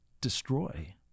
destroy